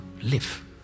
live